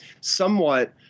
somewhat